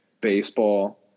baseball